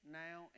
now